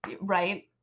right